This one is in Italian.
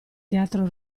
teatro